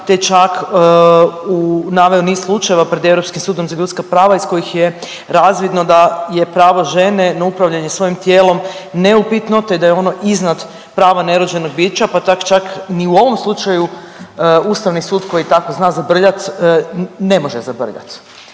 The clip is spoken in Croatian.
te čak naveo niz slučajeva pred Europskim sudom za ljudska prava iz kojih je razvidno da je pravo žene na upravljanje svojim tijelom neupitno, te da je ono iznad prava nerođenog bića, pa tak čak ni u ovom slučaju Ustavni sud koji tako zna zabrljat ne može zabrljat.